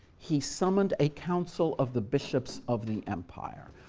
he summoned a council of the bishops of the empire,